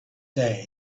day